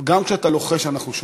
גם כשאתה לוחש אנחנו שומעים.